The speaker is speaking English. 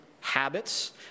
habits